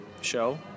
show